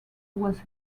was